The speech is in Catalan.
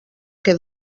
que